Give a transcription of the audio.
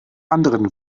anderen